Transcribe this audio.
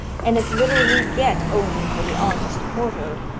and it's little we'd get only for the honest porter!